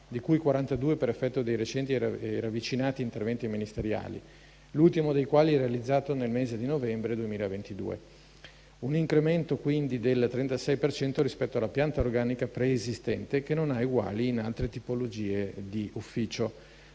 di cui 42 per effetto dei recenti e ravvicinati interventi ministeriali, l'ultimo dei quali realizzato nel mese di novembre 2022. Si tratta quindi di un incremento del 36 per cento rispetto alla pianta organica preesistente, che non ha eguali in altre tipologie di ufficio.